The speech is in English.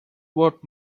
what